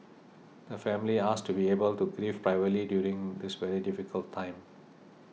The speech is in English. the family asks to be able to grieve privately during this very difficult time